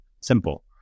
simple